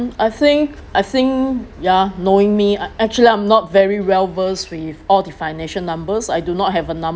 I think I think ya knowing me ac~ actually I'm not very well versed with all the financial numbers I do not have enough